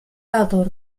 autor